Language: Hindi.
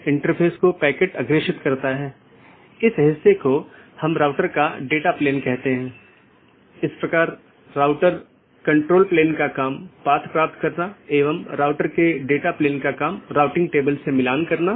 ऑटॉनमस सिस्टम के अंदर OSPF और RIP नामक प्रोटोकॉल होते हैं क्योंकि प्रत्येक ऑटॉनमस सिस्टम को एक एडमिनिस्ट्रेटर कंट्रोल करता है इसलिए यह प्रोटोकॉल चुनने के लिए स्वतंत्र होता है कि कौन सा प्रोटोकॉल उपयोग करना है